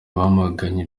bamaganye